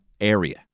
area